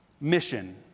mission